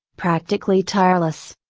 practically tireless.